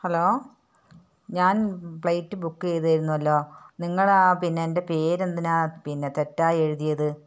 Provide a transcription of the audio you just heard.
hello ഞാൻ flight book ചെയ്തിരുന്നല്ലോ നിങ്ങളാ പിന്നെ എൻ്റെ പേരെന്തിനാ പിന്നെ തെറ്റായി എഴുതിയത്